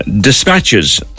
Dispatches